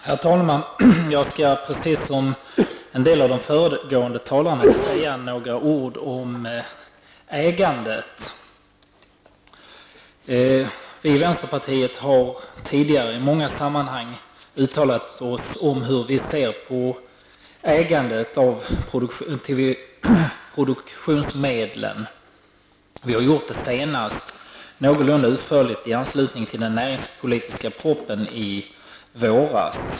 Herr talman! Jag skall precis som en del av de föregående talarna säga några ord om ägandet. Vi i vänsterpartiet har tidigare i många sammanhang uttalat oss om hur vi ser på ägandet av produktionsmedlen. Vi gjorde det senast någorlunda utförligt i anslutning till den näringspolitiska propositionen i våras.